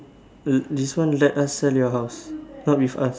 uh this one let us sell your house not with us